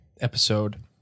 episode